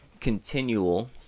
continual